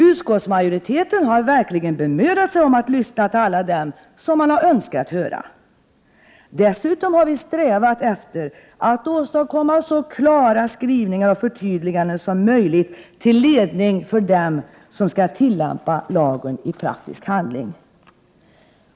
Utskottsmajoriteten har verkligen bemödat sig om att lyssna till alla dem som man har önskat höra. Dessutom har vi strävat efter att åstadkomma så klara skrivningar och förtydliganden som möjligt, till ledning för dem som skall tillämpa lagen i praktisk handling.